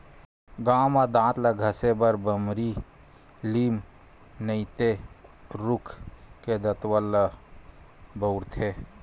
गाँव म दांत ल घसे बर बमरी, लीम नइते रूख के दतवन ल बउरथे